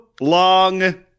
long